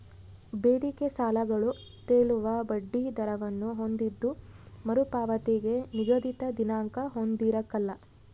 ಬೇಡಿಕೆ ಸಾಲಗಳು ತೇಲುವ ಬಡ್ಡಿ ದರವನ್ನು ಹೊಂದಿದ್ದು ಮರುಪಾವತಿಗೆ ನಿಗದಿತ ದಿನಾಂಕ ಹೊಂದಿರಕಲ್ಲ